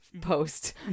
post